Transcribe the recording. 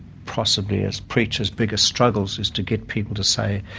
possibly as preachers, biggest struggles, is to get people to say,